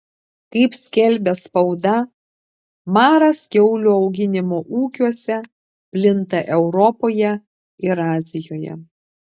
kaip skelbia spauda maras kiaulių auginimo ūkiuose plinta europoje ir azijoje